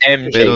mj